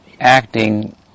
acting